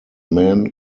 man